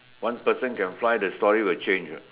one person can fly the story will change what